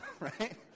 right